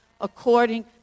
according